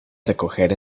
recoger